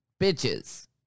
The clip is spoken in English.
bitches